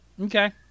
Okay